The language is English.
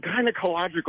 gynecological